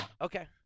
Okay